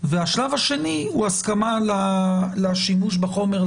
והשלב השני הוא הסכמה לשימוש בחומר,